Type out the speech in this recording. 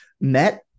met